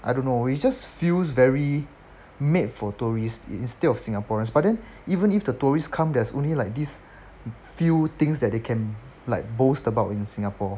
I don't know it just feels very made for tourist instead of singaporeans but then even if the tourists come there's only like these few things that they can like boast about in singapore